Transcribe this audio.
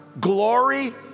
glory